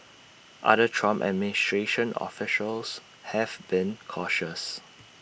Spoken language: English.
other Trump administration officials have been cautious